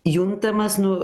juntamas nu